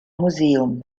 museum